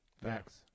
Thanks